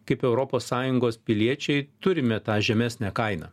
kaip europos sąjungos piliečiai turime tą žemesnę kainą